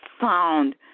sound